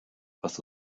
was